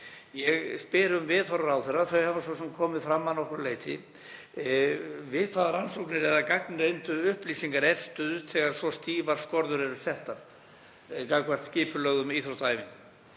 Ég spyr um viðhorf ráðherra. Þau hafa svo sem komið fram að nokkru leyti. Við hvaða rannsóknir eða gagnreyndu upplýsingar er stuðst þegar svo stífar skorður eru settar gagnvart skipulögðum íþróttaæfingum?